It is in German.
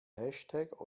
hashtag